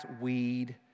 weed